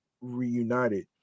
reunited